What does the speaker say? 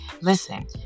Listen